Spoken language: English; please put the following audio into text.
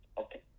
okay